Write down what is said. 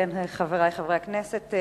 חברי חברי הכנסת,